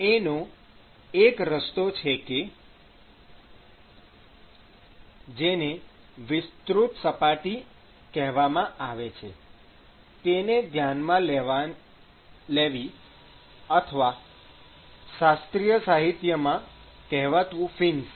એનો એક રસ્તો છે કે જેને વિસ્તૃત સપાટી કહેવામાં આવે છે તેને ધ્યાનમાં લેવી અથવા શાસ્ત્રીય સાહિત્યમાં કહેવાતું ફિન્સ